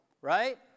right